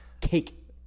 Cake